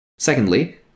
Secondly